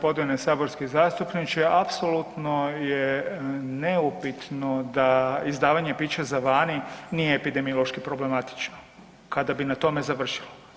Poštovani g. saborski zastupniče, apsolutno je neupitno da izdavanje pića za vani nije epidemiološki problematično, kada bi na tome završilo.